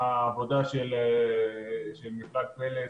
העבודה של מפלג "פלס"